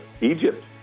Egypt